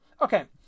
Okay